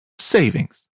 savings